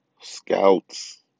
scouts